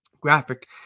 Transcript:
graphic